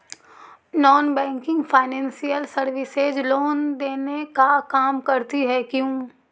Non banking financial services loan देने का काम करती है क्यू?